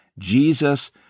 Jesus